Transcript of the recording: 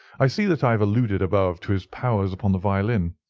i see that i have alluded above to his powers upon the violin.